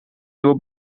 nieuwe